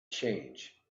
change